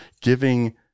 giving